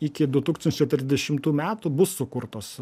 iki du tūkstančiai trisdešimtų metų bus sukurtos